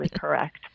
correct